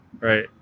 Right